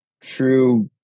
true